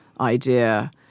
idea